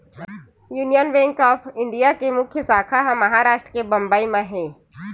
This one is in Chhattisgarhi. यूनियन बेंक ऑफ इंडिया के मुख्य साखा ह महारास्ट के बंबई म हे